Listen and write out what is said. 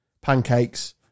pancakes